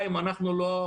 תודה לך.